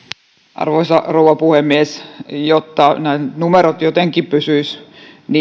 arvoisa rouva puhemies jotta nämä numerot jotenkin pysyisivät